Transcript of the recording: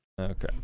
Okay